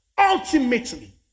Ultimately